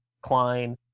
Klein